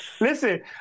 Listen